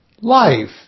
life